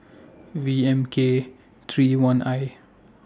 V M K three I one